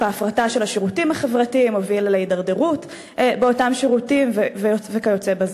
הסיטואציה כמובן דורשת פתרון דחוף ומיידי.